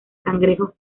cangrejos